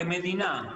כמדינה,